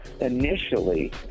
Initially